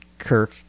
Kirk